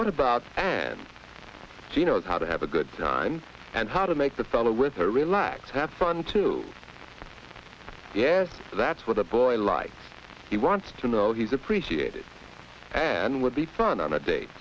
what about fans she knows how to have a good time and how to make the fellow with her relaxed that's fun too yeah that's where the boy writes he wants to know he's appreciated and would be fun on the date